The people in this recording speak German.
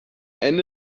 ende